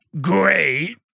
great